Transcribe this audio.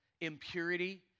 impurity